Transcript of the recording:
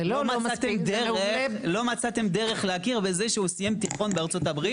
לא מצאתם דרך להכיר בזה שהוא סיים תיכון בארה"ב?